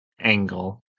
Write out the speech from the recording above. angle